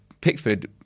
Pickford